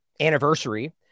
anniversary